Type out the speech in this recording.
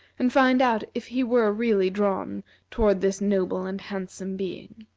and find out if he were really drawn toward this noble and handsome being.